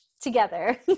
together